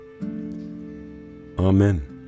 Amen